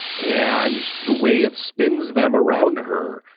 and the way it spins them around her,